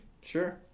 Sure